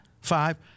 five